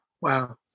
Wow